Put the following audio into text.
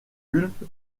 pulpe